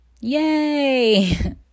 Yay